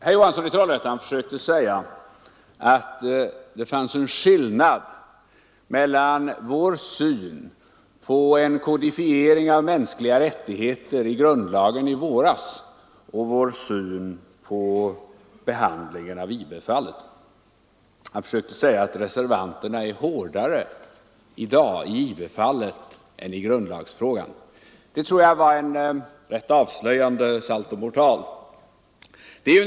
Herr Johansson i Trollhättan försökte göra gällande att det fanns en skillnad mellan vår syn i våras på en kodifiering av mänskliga rättigheter i grundlagen och vår syn på behandlingen av IB-fallet. Han menade att reservanterna är hårdare i dag i IB-frågan än i grundlagsfrågan. Det tror jag var en rätt avslöjande saltomortal.